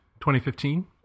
2015